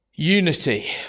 Unity